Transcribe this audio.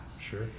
Sure